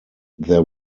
there